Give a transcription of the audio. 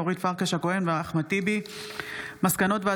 אורית פרקש הכהן ואחמד טיבי בנושא: מחסור